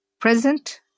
present